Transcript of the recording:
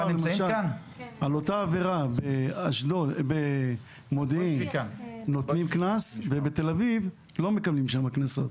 על אותה עבירה במודיעין הטילו קנס ואילו בתל אביב לא הטילו קנסות.